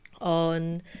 on